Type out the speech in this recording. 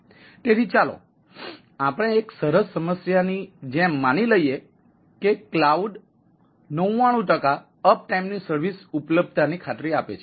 તેથી ચાલો આપણે એક સરળ સમસ્યાની જેમ માની લઈએ કે ક્લાઉડ ૯૯ ટકા અપ ટાઇમ ની સર્વિસ ઉપલબ્ધતાની ખાતરી આપે છે